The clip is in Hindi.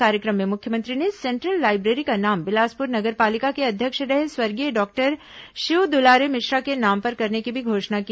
कार्यक्रम में मुख्यमंत्री ने सेंट्रल लाइब्रेरी का नाम बिलासपुर नगर पालिका के अध्यक्ष रहे स्वर्गीय डॉक्टर शिव दुलारे मिश्रा के नाम पर करने की भी घोषणा की